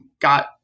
got